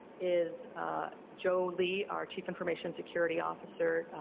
is joe lee, our chief information security officer,